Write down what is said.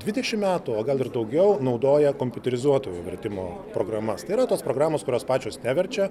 dvidešimt metų o gal ir daugiau naudoja kompiuterizuoto vertimo programas tai yra tos programos kurios pačios neverčia